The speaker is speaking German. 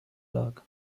lag